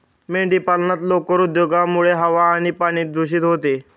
मेंढीपालनात लोकर उद्योगामुळे हवा आणि पाणी दूषित होते